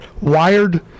wired